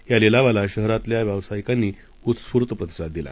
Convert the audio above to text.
या लिलावाला शहरातल्या व्यावसायिकांनी उस्फूर्त प्रतिसाद दिला